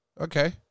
Okay